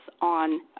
on